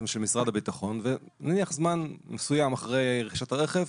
משרד הביטחון ונניח זמן מסוים אחרי רכישת הרכב,